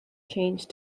changed